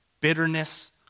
bitterness